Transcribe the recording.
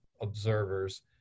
observers